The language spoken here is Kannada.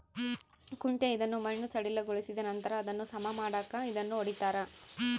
ಕುಂಟೆ ಇದನ್ನು ಮಣ್ಣು ಸಡಿಲಗೊಳಿಸಿದನಂತರ ಅದನ್ನು ಸಮ ಮಾಡಾಕ ಇದನ್ನು ಹೊಡಿತಾರ